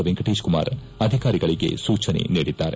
ವೆಂಕಟೇಶ್ ಕುಮಾರ್ ಅಧಿಕಾರಿಗಳಿಗೆ ಸೂಚನೆ ನೀಡಿದ್ದಾರೆ